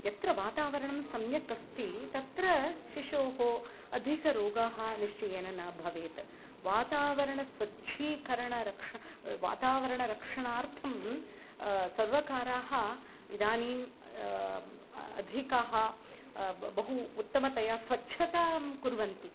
यत्र वातावरणं सम्यक् अस्ति तत्र शिशोः अधिकाः रोगाः निश्चयेन न भवेत् वातावरण स्वच्छीकरण रक्ष वातावरणरक्षणार्थं सर्वकाराः इदानीं अधिकाः ब बहु उत्तमतया स्वच्छतां कुर्वन्ति